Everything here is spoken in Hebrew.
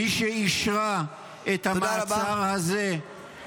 מי שאישרה את המעצר הזה -- תודה רבה.